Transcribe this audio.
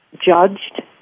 judged